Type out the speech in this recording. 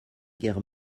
guerre